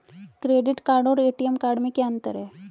Credit card और ATM card में क्या अंतर है?